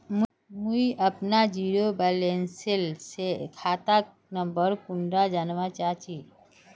मुई अपना zero balance सेल खाता नंबर कुंडा जानवा चाहची?